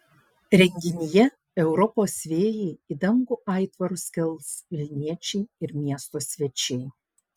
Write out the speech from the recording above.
renginyje europos vėjai į dangų aitvarus kels vilniečiai ir miesto svečiai